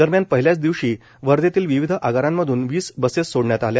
दरम्यान पहिल्याच दिवशी वर्धतील विविध आगारांमधून वीस बसेस सोडण्यात आल्या